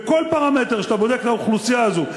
בכל פרמטר שאתה בודק את האוכלוסייה הזאת,